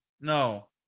No